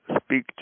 Speak